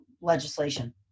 legislation